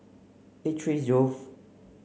eight three zeroth